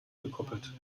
gekoppelt